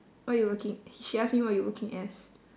what you working she ask me what you working as